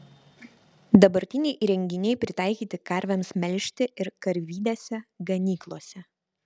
dabartiniai įrenginiai pritaikyti karvėms melžti ir karvidėse ganyklose